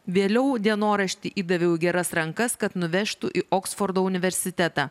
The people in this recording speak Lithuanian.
vėliau dienoraštį įdaviau į geras rankas kad nuvežtų į oksfordo universitetą